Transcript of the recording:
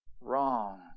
wrong